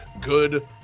good